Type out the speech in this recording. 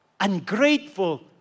ungrateful